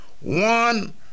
one